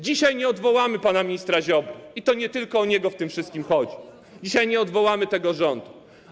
Dzisiaj nie odwołamy pana ministra Ziobry, i to nie tylko o niego w tym wszystkim chodzi, dzisiaj nie odwołamy tego rządu.